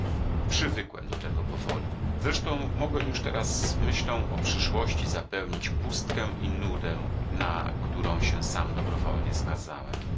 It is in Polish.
samotności przywykłem do tego powoli zresztą mogłem już teraz myślą o przyszłości zapełnić pustkę i nudę na którą się sam dobrowolnie skazałem